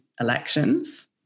elections